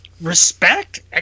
respect